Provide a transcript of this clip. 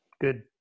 good